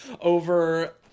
over